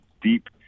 deep